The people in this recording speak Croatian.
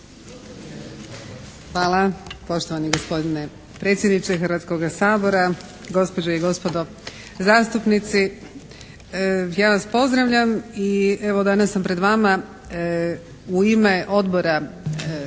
Hvala. Poštovani gospodine predsjedniče Hrvatskoga sabora, gospođe i gospodo zastupnici! Ja vas pozdravljam i evo danas sam pred vama u ime Upravnoga